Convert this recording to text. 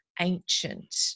ancient